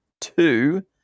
two